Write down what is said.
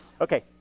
Okay